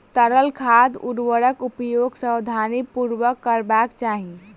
तरल खाद उर्वरकक उपयोग सावधानीपूर्वक करबाक चाही